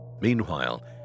Meanwhile